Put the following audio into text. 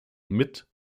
mit